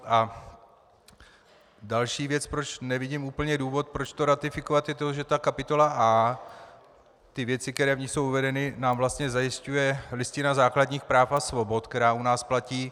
A další věc, proč nevidím úplně důvod, proč to ratifikovat, je to, že kapitola A, věci, které v ní jsou uvedeny, nám vlastně zajišťuje Listina základních práv a svobod, která u nás platí.